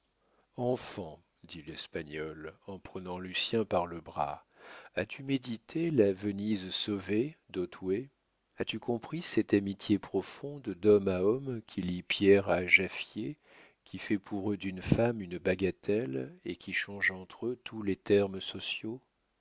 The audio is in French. enfant dit l'espagnol en prenant lucien par le bras as-tu médité la venise sauvée d'otway as-tu compris cette amitié profonde d'homme à homme qui lie pierre à jaffier qui fait pour eux d'une femme une bagatelle et qui change entre eux tous les termes sociaux